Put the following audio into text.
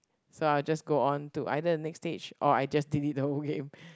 so I'll just go on to either the next stage or I just delete the whole game